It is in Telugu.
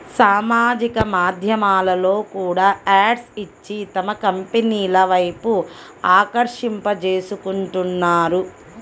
సామాజిక మాధ్యమాల్లో కూడా యాడ్స్ ఇచ్చి తమ కంపెనీల వైపు ఆకర్షింపజేసుకుంటున్నారు